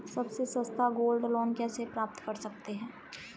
सबसे सस्ता gold loan कैसे प्राप्त कर सकते हैं?